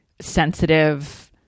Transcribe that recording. sensitive